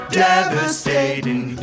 devastating